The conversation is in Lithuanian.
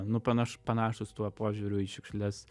nu panaš panašūs tuo požiūriu į šiukšles